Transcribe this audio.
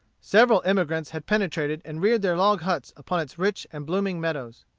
several emigrants had penetrated and reared their log huts upon its rich and blooming meadows.